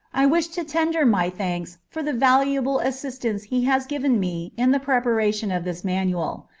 i wish to tender my thanks for the valuable assistance he has given me in the preparation of this manual.